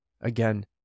Again